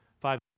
five